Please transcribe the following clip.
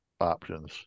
options